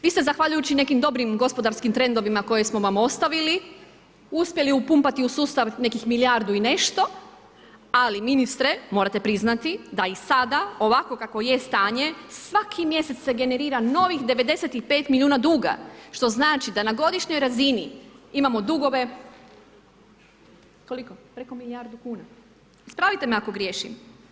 Vi ste zahvaljujući nekim dobrim gospodarskim trendovima koje smo vam ostavili uspjeli upumpati u sustav nekih milijardu i nešto, ali ministre, morate priznati da i sada ovako kako je stanje, svaki mjesec se generira novih 95 milijuna duga što znači da na godišnjoj razini imamo dugove, koliko, preko milijardu kuna, ispravite me ako griješim.